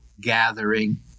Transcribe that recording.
gathering